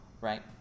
right